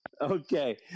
Okay